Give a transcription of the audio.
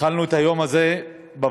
התחלנו את היום הזה בוועדות.